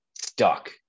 stuck